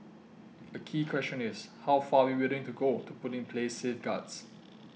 a key question is how far are we willing to go to put in place safeguards